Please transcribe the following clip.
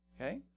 Okay